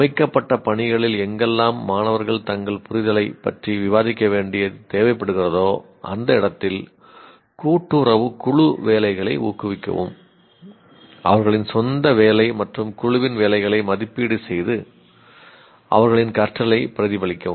அமைக்கப்பட்ட பணிகளில் எங்கெல்லாம் மாணவர்கள் தங்கள் புரிதலைப் பற்றி விவாதிக்க வேண்டியது தேவைப்படுகிறதோ அந்த இடத்தில் கூட்டுறவு குழு வேலைகளை ஊக்குவிக்கவும் அவர்களின் சொந்த வேலை மற்றும் குழுவின் வேலைகளை மதிப்பீடு செய்து அவர்களின் கற்றலைப் பிரதிபலிக்கவும்